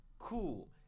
Cool